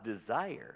desire